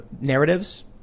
narratives